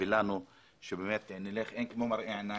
ולנו שנלך כי אין כמו מראה עיניים.